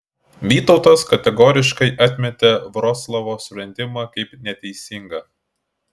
vytautas kategoriškai atmetė vroclavo sprendimą kaip neteisingą